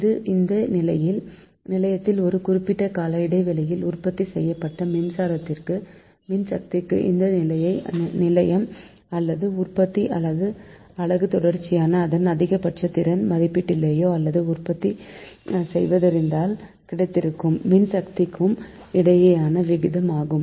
இது அந்த நிலையத்தில் ஒரு குறிப்பிட்ட கால இடைவெளியில் உற்பத்தி செய்யப்பட்ட மின்சக்திக்கும் அந்த நிலையம் அல்லது உற்பத்தி அலகு தொடர்ச்சியாக அதன் அதிகபட்ச திறன் மதிப்பீட்டிலேயே உற்பத்தி செய்திருந்தால் கிடைத்திருக்கும் மின்சக்திக்கும் இடையேயான விகிதம் ஆகும்